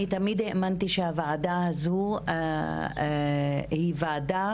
אני תמיד האמנתי שהוועדה הזו היא ועדה